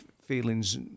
feelings